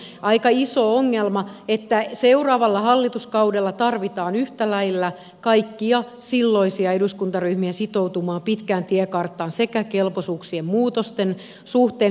minusta se on aika iso ongelma että seuraavalla hallituskaudella tarvitaan yhtä lailla kaikkia silloisia eduskuntaryhmiä sitoutumaan pitkään tiekarttaan sekä kelpoisuuksien muutosten suhteen